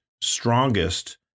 strongest